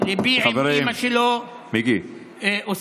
שמעתי גם ראש ממשלה קודם,